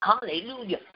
Hallelujah